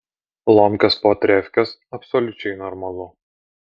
lomkės po trefkės absoliučiai normalu